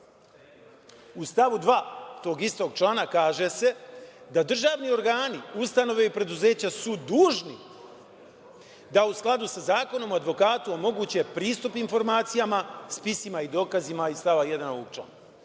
stavu 2. tog istog člana kaže se – da državni organi, ustanove i preduzeća su dužni da u skladu sa zakonom advokatu omoguće pristup informacijama, spisima i dokazima iz stava 1. ovog